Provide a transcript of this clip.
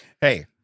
Hey